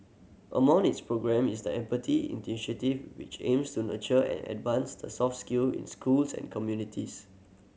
among its programme is the Empathy Initiative which aims to nurture and advance the soft skill in schools and communities